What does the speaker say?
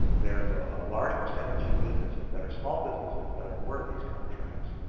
there is a ah large percentage of businesses that are small businesses that are awarded these contracts.